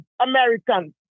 Americans